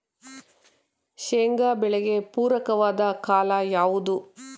ಶೇಂಗಾ ಬೆಳೆಗೆ ಪೂರಕವಾದ ಕಾಲ ಯಾವುದು?